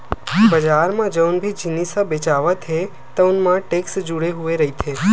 बजार म जउन भी जिनिस ह बेचावत हे तउन म टेक्स जुड़े हुए रहिथे